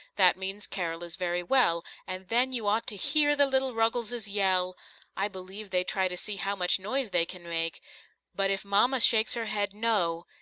that means carol is very well and then you ought to hear the little ruggleses yell i believe they try to see how much noise they can make but if mama shakes her head, no,